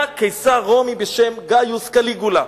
היה קיסר רומי בשם גאיוס קליגולה.